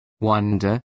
wonder